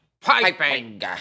piping